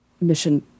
mission